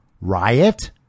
Riot